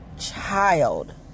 child